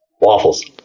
Waffles